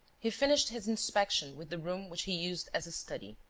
he finished his inspection with the room which he used as a study.